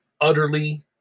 utterly